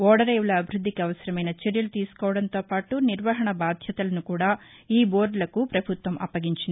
ఓడరేవుల అభివృద్ధికి అవసరమైన చర్యలు తీసుకోవడంతోపాటు నిర్వహణ బాధ్యతలను కూడా ఈ బోర్డులకు పభుత్వం అప్పగించింది